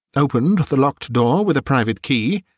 opened the locked door with a private key,